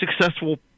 successful